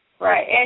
Right